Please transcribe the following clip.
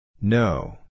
No